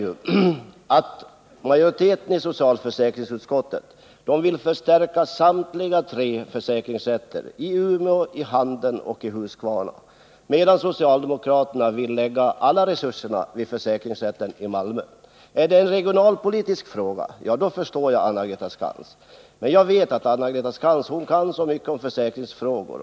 Utskottsmajoriteten vill ha en förstärkning av samtliga försäkringsrätter — i Umeå, i Handen och i Huskvarna. Socialdemokraterna däremot vill satsa alla resurser på en försäkringsrätt i Malmö. Om det här gäller en regionalpolitisk fråga, ja, då förstår jag Anna-Greta Skantz. Men jag vet att Anna-Greta Skantz kan så mycket om försäkringsfrågor.